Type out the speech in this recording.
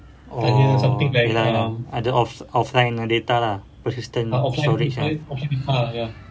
oh iya lah iya lah ada off~ offline data lah persistent storage ah